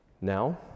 Now